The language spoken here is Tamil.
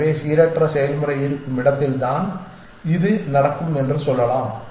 எனவே சீரற்ற செயல்முறை இருக்கும் இடத்தில்தான் இது நடக்கும் என்று சொல்லலாம்